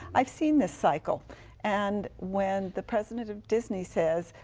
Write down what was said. i have seen this cycle and when the president of disney says,